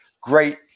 great